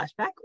flashback